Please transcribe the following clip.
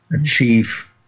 achieve